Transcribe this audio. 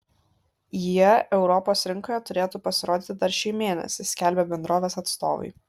jie europos rinkoje turėtų pasirodyti dar šį mėnesį skelbia bendrovės atstovai